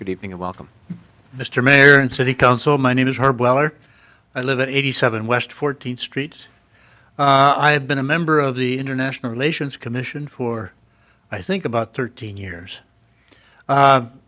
good evening and welcome mr mayor and city council my name is hardwell or i live at eighty seven west fourteenth street i have been a member of the international relations commission for i think about thirteen years